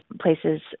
places